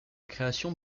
création